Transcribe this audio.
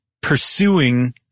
pursuing